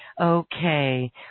Okay